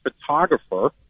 photographer